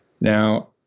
Now